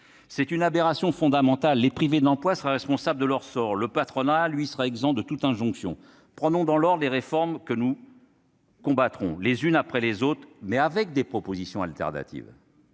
C'est une aberration fondamentale : les privés d'emploi seraient responsables de leur sort ; le patronat, lui, serait exempt de toute injonction. Ces réformes, nous les combattrons les unes après les autres, mais avec des propositions alternatives.